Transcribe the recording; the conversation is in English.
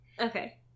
Okay